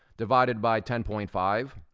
divided by ten point five,